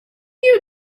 you